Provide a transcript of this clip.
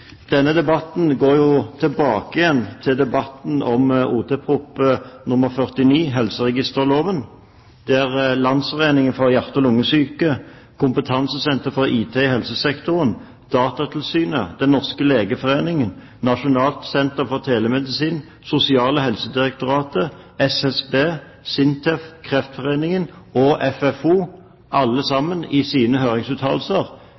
Denne debatten går tilbake til debatten om helseregisterloven, Ot.prp. nr. 49 for 2005–2005, der Landsforeningen for hjerte- og lungesyke, Kompetansesenter for IT i helse- og sosialsektoren, Datatilsynet, Den norske Legeforening, Nasjonalt senter for telemedisin, Sosial- og helsedirektoratet, Statistisk sentralbyrå, SINTEF, Kreftforeningen og Funksjonshemmedes fellesorganisasjon, alle